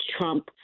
Trump